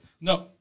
No